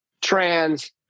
trans